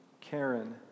Karen